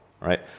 right